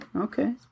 okay